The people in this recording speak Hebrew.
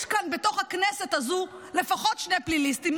יש כאן בתוך הכנסת הזו לפחות שני פליליסטים,